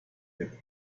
their